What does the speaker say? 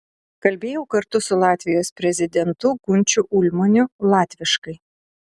kalbėjau kartu su latvijos prezidentu gunčiu ulmaniu latviškai